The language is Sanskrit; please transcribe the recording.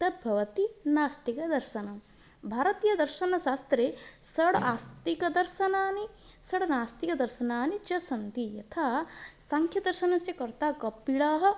तत् भवति नास्तिकदर्शनं भारतीयदर्शनशास्त्रे षड् आस्तिकदर्शनानि षड् नास्तिकदर्शनानि च सन्ति यथा साङ्ख्यदर्शनस्य कर्ता कपिलः